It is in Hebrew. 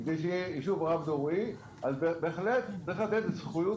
כדי שיהיה ישוב רב דורי בהחלט צריך לתת זכות